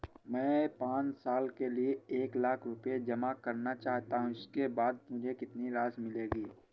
मैं पाँच साल के लिए एक लाख रूपए जमा करना चाहता हूँ इसके बाद मुझे कितनी राशि मिलेगी?